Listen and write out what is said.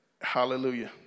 Hallelujah